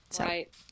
Right